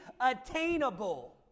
attainable